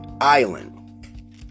island